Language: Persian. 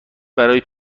برای